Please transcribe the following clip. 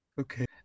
Okay